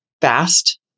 fast